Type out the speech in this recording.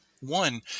One